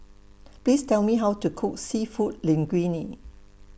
Please Tell Me How to Cook Seafood Linguine